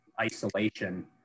isolation